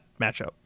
matchup